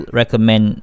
recommend